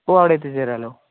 ഓ അവിടെ എത്തിച്ചു തരാമല്ലോ